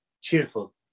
cheerful